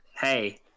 hey